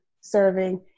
serving